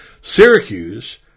Syracuse